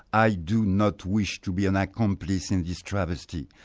i do not wish to be an accomplice in this travesty.